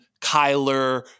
Kyler